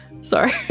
Sorry